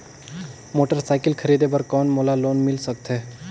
Motorcycle खरीदे बर कौन मोला लोन मिल सकथे?